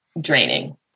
draining